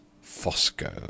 Fosco